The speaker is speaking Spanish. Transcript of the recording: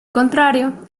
contrario